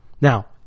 Now